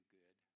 good